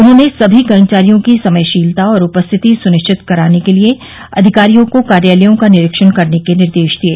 उन्होंने सभी कर्मचारियों की समयशीलता और उपस्थिति सुनिश्चित कराने के लिये अधिकारियों को कार्यालयों का निरीक्षण करने के निर्देश दिये